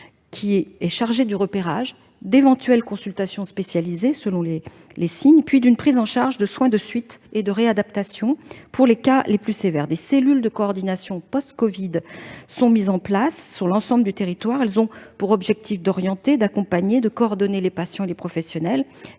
traitant chargé du repérage, d'éventuelles consultations spécialisées, selon les symptômes, et d'une prise en charge en soins de suite et de réadaptation pour les cas les plus sévères. Des cellules de coordination post-covid ont été mises en place sur l'ensemble du territoire. Elles ont pour objectif d'orienter, d'accompagner et de coordonner les patients et les professionnels.